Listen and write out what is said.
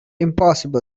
impossible